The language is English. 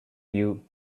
you